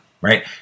Right